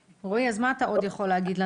רועי, מה אתה עוד יכול להגיד לנו?